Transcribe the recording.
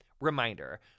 Reminder